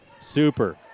Super